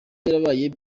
yarabaye